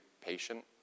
patient